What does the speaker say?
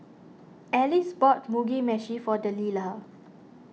Alice bought Mugi Meshi for Deliah